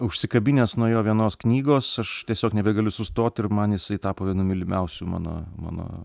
užsikabinęs nuo jo vienos knygos aš tiesiog nebegaliu sustot ir man jisai tapo vienu mylimiausių mano mano